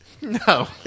no